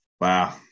wow